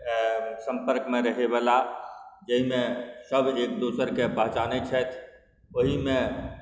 सम्पर्कमे रहैवला जाहिमे सब एक दोसरके पहचानै छथि ओहिमे